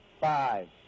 five